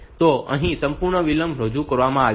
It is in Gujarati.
તો અહીં સંપૂર્ણ વિલંબ રજૂ કરવામાં આવ્યો છે